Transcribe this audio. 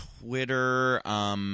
Twitter